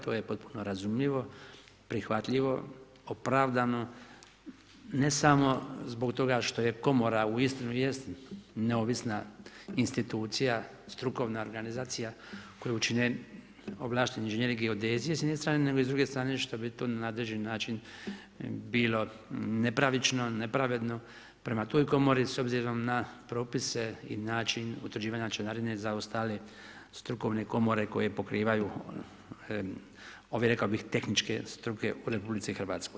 To je potpuno razumljivo, prihvatljivo, opravdano ne samo zbog toga što je Komora uistinu jest neovisna institucija, strukovna organizacija koju čine ovlašteni inženjeri geodezije s jedne strane, nego i s druge strane što bi to na određeni način bilo nepravično, nepravedno prema toj Komori s obzirom na propise i način utvrđivanja članarine za ostale strukovne komore koje pokrivaju ove, rekao bih tehničke struke u RH.